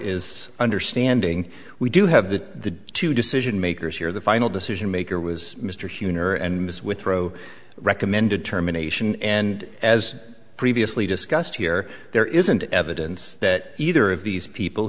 is understanding we do have the two decision makers here the final decision maker was mr schumer and ms withrow recommended terminations and as previously discussed here there isn't evidence that either of these people